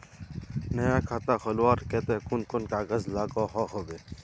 नया खाता खोलवार केते कुन कुन कागज लागोहो होबे?